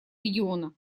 региона